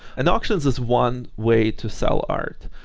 and auctions is one way to sell art.